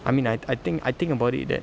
I mean I I think I think about it that